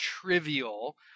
trivial